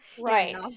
Right